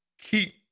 Keep